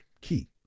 key